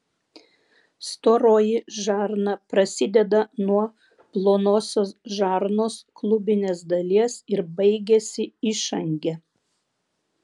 storoji žarna prasideda nuo plonosios žarnos klubinės dalies ir baigiasi išange